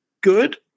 good